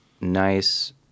nice